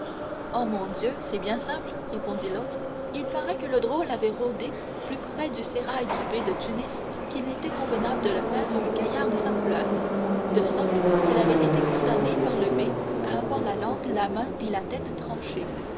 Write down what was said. oh mon dieu c'est bien simple répondit l'hôte il paraît que le drôle avait rôdé plus près du sérail du bey de tunis qu'il n'était convenable de le faire à un gaillard de sa couleur de sorte qu'il avait été condamné par le bey à avoir la langue la main et la tête tranchées